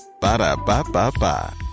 Ba-da-ba-ba-ba